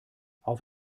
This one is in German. auf